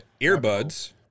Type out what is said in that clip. earbuds-